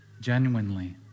genuinely